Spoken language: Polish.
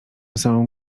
samą